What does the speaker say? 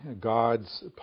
God's